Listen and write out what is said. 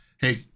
Hey